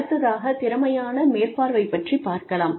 அடுத்ததாகத் திறமையான மேற்பார்வை பற்றிப் பார்க்கலாம்